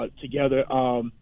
together –